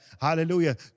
Hallelujah